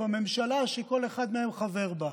בממשלה שכל אחד מהם חבר בה.